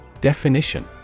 Definition